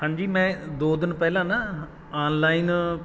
ਹਾਂਜੀ ਮੈਂ ਦੋ ਦਿਨ ਪਹਿਲਾਂ ਨਾ ਆਨਲਾਈਨ